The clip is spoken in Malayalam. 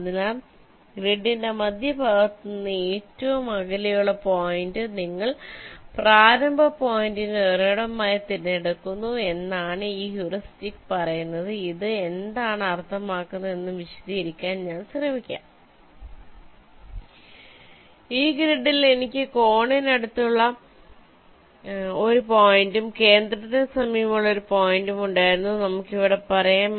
അതിനാൽ ഗ്രിഡിന്റെ മധ്യഭാഗത്ത് നിന്ന് ഏറ്റവും അകലെയുള്ള പോയിന്റ് നിങ്ങൾ ആരംഭ പോയിന്റിന്റെ ഉറവിടമായി തിരഞ്ഞെടുക്കുന്നു എന്നാണ് ഈ ഹ്യൂറിസ്റ്റിക് പറയുന്നത് ഇത് എന്താണ് അർത്ഥമാക്കുന്നത് എന്ന് വിശദീകരിക്കാൻ ഞാൻ ശ്രമിക്കാം ഈ ഗ്രിഡിൽ എനിക്ക് കോണിനടുത്തുള്ള ഒരു പോയിന്റും കേന്ദ്രത്തിന് സമീപമുള്ള ഒരു പോയിന്റും ഉണ്ടായിരുന്നു നമുക്ക് ഇവിടെ പറയാം